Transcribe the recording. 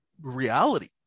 reality